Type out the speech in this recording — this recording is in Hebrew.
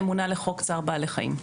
ממונה לחוק צער בעלי חיים.